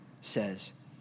says